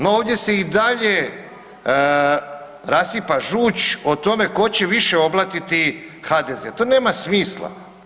No ovdje se i dalje rasipa žuč o tome tko će više oblatiti HDZ, to nema smisla.